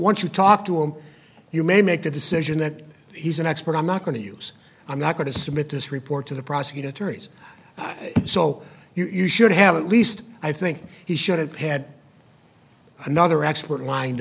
once you talk to him you may make the decision that he's an expert i'm not going to use i'm not going to submit this report to the prosecuting attorneys so you should have at least i think he should have had another expert lined